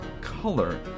color